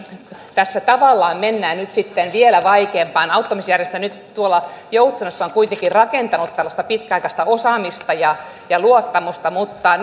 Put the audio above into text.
tässä tavallaan mennään nyt vielä vaikeampaan auttamisjärjestelmään nyt tuolla joutsenossa on kuitenkin rakentunut tällaista pitkäaikaista osaamista ja ja luottamusta mutta